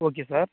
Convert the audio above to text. okay sir